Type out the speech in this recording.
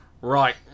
right